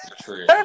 True